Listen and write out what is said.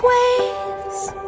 Waves